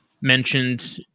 mentioned